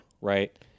Right